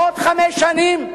בעוד חמש שנים,